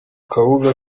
kabuga